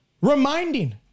reminding